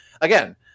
again